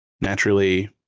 naturally